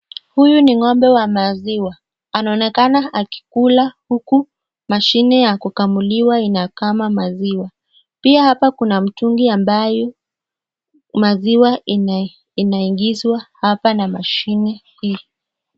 Huyu ni ng'ombe wa maziwa anaonekana akikula huku mashini ya kukamulia inakama maziwa pia hapa kuna mtungi ambayo maziwa inaingizwa hapa na mashini hiii.